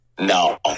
No